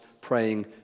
praying